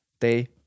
day